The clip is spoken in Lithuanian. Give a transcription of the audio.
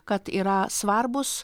kad yra svarbūs